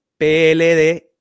PLD